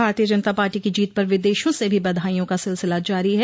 भारतीय जनता पार्टी की जीत पर विदेशों से भी बधाईयों का सिलसिला जारी है